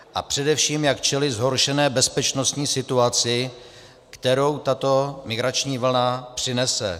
A především, jak čelit zhoršené bezpečnostní situaci, kterou tato migrační vlna přinese.